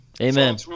Amen